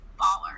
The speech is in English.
baller